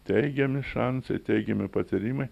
teigiami šansai teigiami patyrimai